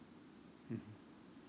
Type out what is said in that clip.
mmhmm